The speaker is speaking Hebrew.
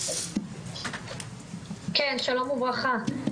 שלום וברכה,